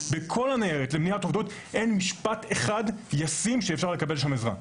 בכל הניירת למניעת אובדנות אין משפט אחד ישים שאפשר לקבל שם עזרה.